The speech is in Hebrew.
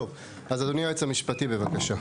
טוב, אז אדוני היועץ המשפטי, בבקשה.